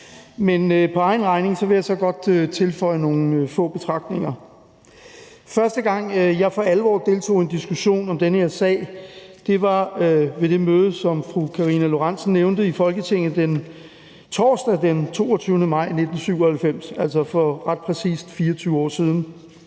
For egen regning vil jeg godt tilføje nogle få betragtninger. Første gang jeg for alvor deltog i en diskussion om den her sag, var ved det møde, som fru Karina Lorentzen Dehnhardt nævnte, i Folketinget torsdag den 22. maj 1997, altså for ret præcist 24 år siden.